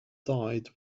died